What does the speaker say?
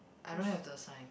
I don't have the sign